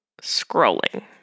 scrolling